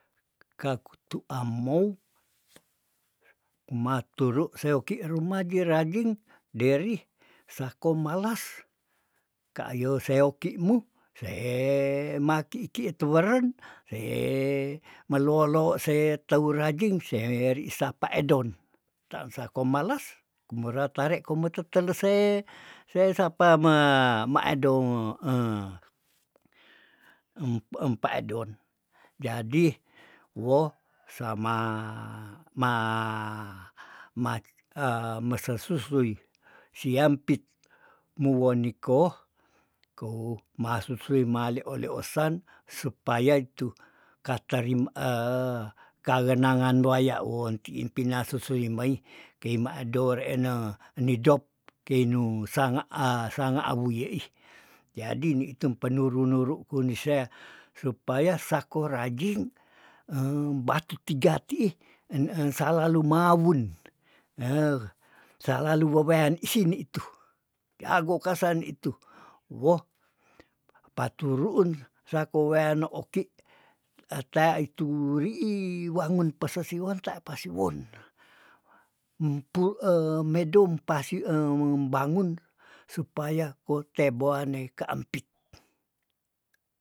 Kakutu amou maturu seoki rumah giraging deri sako malas, kayo seokimu se makiki tuweren re melolo se tau rajin seri sapa edon tan sako malas kumera tare kome tetelese, se sapa me madong em- empadon jadi woh sama ma mat mesesusui siampit muwoniko kou masusi ma leo- leosan sepaya itu katarim kangenangan duaya ontiin pina susui mei kei ma do reen ne nidop keinu sanga ah sanga abuyeih jadi ni tempenuru- nuru kuni sea supaya sako rajin batu tiga tiih en eh salalu mawun hehh salalu wewean isinitu jago kasani tu woh paturuun sako wean oki etea itu riih wangun pese siwonta pasiwon empu eh medom pasi em- membangun supaya kote boane ka ampit.